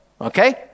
okay